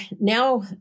now